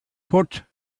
put